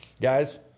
guys